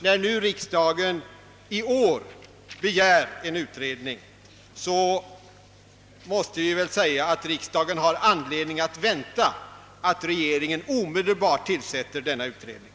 När riksdagen i år begär en utredning har riksdagen anledning att vänta att regeringen omedelbart låter igångsätta denna utredning.